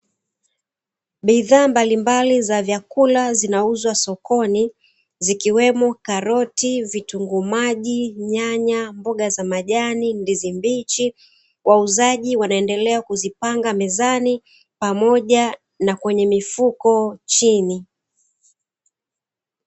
Bidhaa mbalimbali za vyakula zinauzwa sokoni zikiwemo karoti, vitunguu maji, nyanya, mboga za majani ndizi mbichi wauzaji wanaendelea kuzipanga mezani pamoja na kwenye mifuko chini.